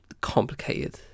complicated